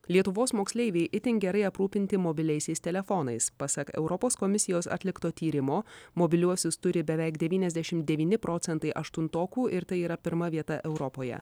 lietuvos moksleiviai itin gerai aprūpinti mobiliaisiais telefonais pasak europos komisijos atlikto tyrimo mobiliuosius turi beveik devyniasdešim devyni procentai aštuntokų ir tai yra pirma vieta europoje